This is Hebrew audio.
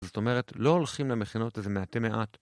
זאת אומרת, לא הולכים למכינות איזה מעטה מעט.